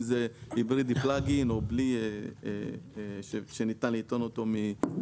אם זה היברידי plug in או בלי שניתן לטעון בשקע.